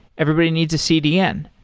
everybody needs a cdn.